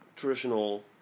traditional